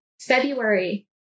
February